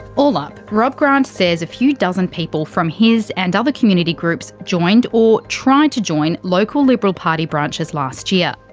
all up, rob grant says a few dozen people from his and other community groups joined or tried to join local liberal party branches last year.